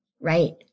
right